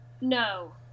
No